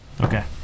Okay